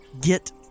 get